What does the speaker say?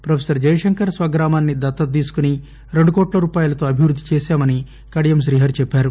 professor Jayashankar స్వగ్రామాన్ని దత్తత తీసుకొని రెండు కోట్ల రూపాయలతో అభివృద్ది చేసామని కడియం శ్రీహరి చెప్పారు